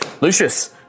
lucius